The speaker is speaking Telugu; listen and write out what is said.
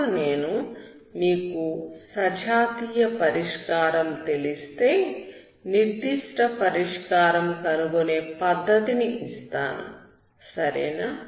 ఇప్పుడు నేను మీకు సజాతీయ పరిష్కారం తెలిస్తే నిర్దిష్ట పరిష్కారం కనుగొనే పద్ధతిని ఇస్తాను సరేనా